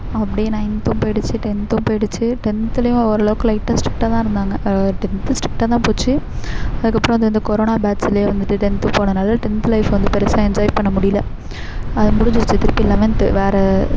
அப்படியே நையன்தும் போயிடுச்சு டென்த்தும் போயிடுச்சு டென்த்துலையும் ஓரளவுக்கு லைட்டாக ஸ்ட்ரிக்ட்டாக தான் இருந்தாங்க டென்த்து ஸ்ட்ரிக்ட்டா தான் போச்சு அதுக்கப்புறம் வந்து அந்த கொரோனா பேட்ச்சிலேயே வந்துட்டு டென்த்து போனதினால டென்த்து லைஃப் வந்து பெரிசா என்ஜாய் பண்ண முடியிலை அது முடிஞ்சிடுச்சு திருப்பியும் லெவன்த்து வேறு